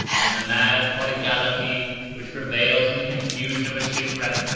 and the mad prodigality which prevails in the confusion of a shipwreck,